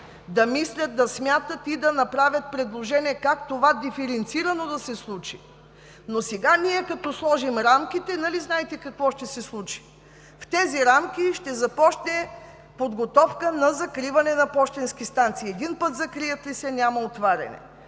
да мислят, да смятат и да направят предложение как това диференцирано да се случи, но сега ние като сложим рамките, нали знаете какво ще се случи?! В тези рамки ще започне подготовка на закриване на пощенски станции. Един път закрият ли се, няма отваряне.